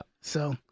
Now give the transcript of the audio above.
So-